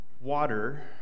Water